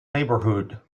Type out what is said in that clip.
neighborhood